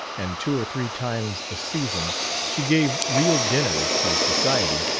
and two or three times a season she gave real dinners to society,